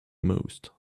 most